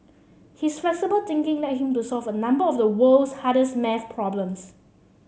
his flexible thinking led him to solve a number of the world's hardest maths problems